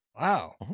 Wow